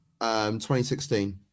2016